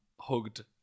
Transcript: hugged